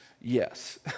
yes